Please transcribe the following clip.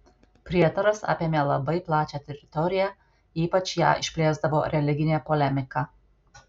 prietaras apėmė labai plačią teritoriją ypač ją išplėsdavo religinė polemika